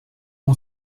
mon